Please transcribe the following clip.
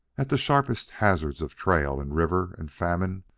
at the sharpest hazards of trail and river and famine,